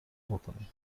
بکنیم